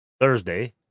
Thursday